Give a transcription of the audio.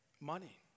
money